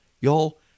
Y'all